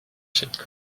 cette